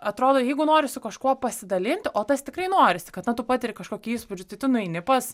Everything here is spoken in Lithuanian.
atrodo jeigu nori su kažkuo pasidalinti o tas tikrai norisi kad na tu patiri kažkokių įspūdžių tai tu nueini pas